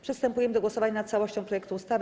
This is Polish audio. Przystępujemy do głosowania na całością projektu ustawy.